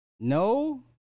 No